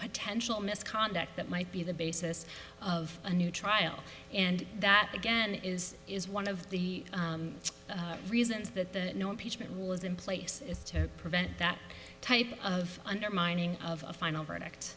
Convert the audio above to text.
potential misconduct that might be the basis of a new trial and that again is is one of the reasons that the no impeachment was in place is to prevent that type of undermining of a final verdict